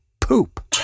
poop